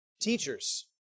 teachers